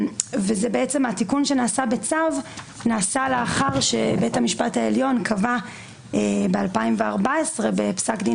התיקון שנעשה בצו נעשה לאחר שבית המשפט העליון קבע ב-2014 בפסק דין